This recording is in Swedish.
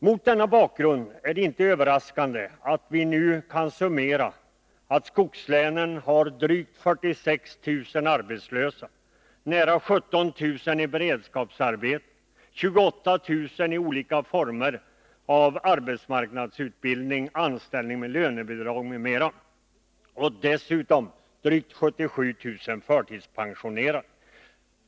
Mot denna bakgrund är det inte överraskande att vi nu kan summera att skogslänen har drygt 46 000 arbetslösa, nära 17 000 i beredskapsarbete, 28 000 i olika former av arbetsmarknadsutbildning, anställning med lönebidrag m.m. samt dessutom drygt 77 000 förtidspensionerade.